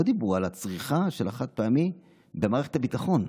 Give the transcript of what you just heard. לא דיברו על הצריכה של החד-פעמי במערכת הביטחון.